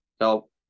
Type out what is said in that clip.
help